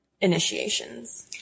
initiations